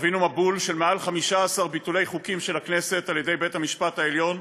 חווינו מבול של מעל 15 ביטולי חוקים של הכנסת על ידי בית המשפט העליון.